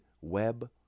web